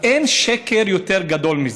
אין שקר יותר גדול מזה.